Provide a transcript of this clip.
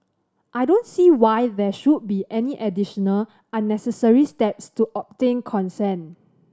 I don't see why there should be any additional unnecessary steps to obtain consent